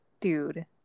Dude